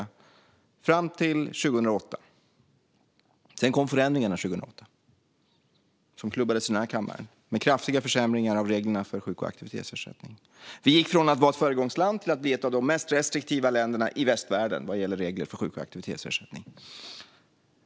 Så var det fram till 2008. År 2008 kom förändringarna, som klubbades i den här kammaren, med kraftiga försämringar av reglerna för sjuk och aktivitetsersättning. Vi gick från att vara ett föregångsland till att bli ett av de mest restriktiva länderna i västvärlden vad gäller regler för sjuk och aktivitetsersättning.